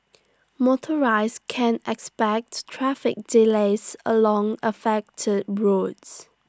motorists can expect traffic delays along affected roads